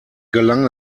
gelang